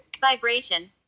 Vibration